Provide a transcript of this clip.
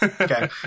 Okay